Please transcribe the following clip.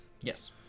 Yes